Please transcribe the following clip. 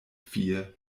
vier